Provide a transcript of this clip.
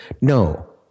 no